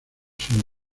sino